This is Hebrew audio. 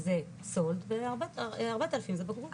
זה סולד ו-4000 זה בגרות.